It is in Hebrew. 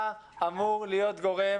אתה אמור להיות גורם